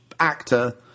actor